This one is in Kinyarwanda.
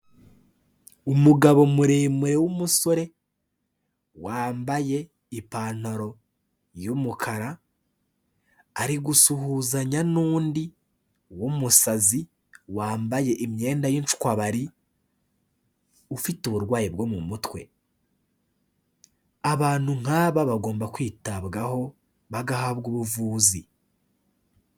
Umugabo muremure w'umusore wambaye ipantaro y'umukara, ari gusuhuzanya n'undi w'umusazi wambaye imyenda y'inshwabari ufite uburwayi bwo mu mutwe. Abantu nk'aba bagomba kwitabwaho bagahabwa ubuvuzi.